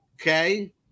Okay